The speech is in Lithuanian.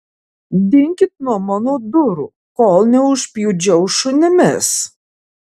dinkit nuo mano durų kol neužpjudžiau šunimis